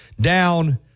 down